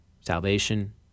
Salvation